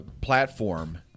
platform